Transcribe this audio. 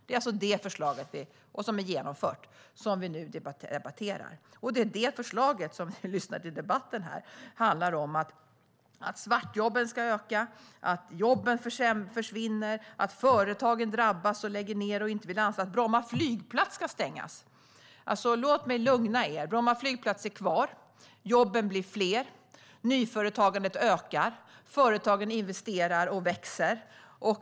Det är alltså detta förslag, som redan är genomfört, som vi nu debatterar, och det är detta förslag som i den här debatten sägs leda till att svartjobben ska öka, att jobb försvinner, att företag drabbas och lägger ned, att Bromma flygplats ska stängas och så vidare. Låt mig lugna er. Bromma flygplats är kvar. Jobben blir fler. Nyföretagandet ökar. Företagen investerar och växer.